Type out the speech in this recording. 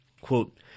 Quote